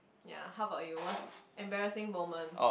ya how about you what's embarrassing moment